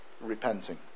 repenting